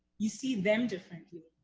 you see them differently.